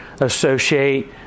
associate